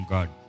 God